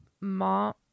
mom